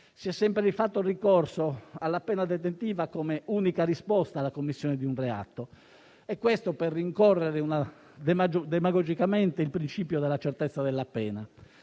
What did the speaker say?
Si è sempre fatto ricorso alla pena detentiva come unica risposta alla commissione di un reato per rincorrere demagogicamente il principio della certezza della pena.